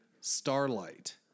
Starlight